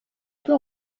peux